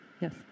Yes